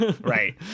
Right